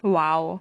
!wow!